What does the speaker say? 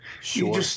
Sure